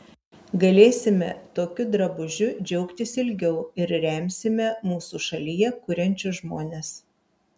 galėsime tokiu drabužiu džiaugtis ilgiau ir remsime mūsų šalyje kuriančius žmones